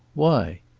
why?